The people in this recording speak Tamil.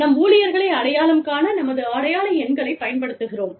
நம் ஊழியர்களை அடையாளம் காண நமது அடையாள எண்களைப் பயன்படுத்துகிறோம்